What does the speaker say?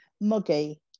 muggy